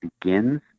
begins